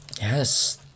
Yes